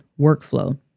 workflow